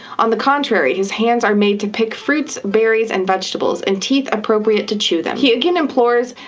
on the contrary his hands are made to pick fruits, berries and vegetables and teeth appropriate to chew them. he again implores,